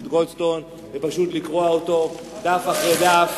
גולדסטון ופשוט לקרוע אותו דף אחרי דף.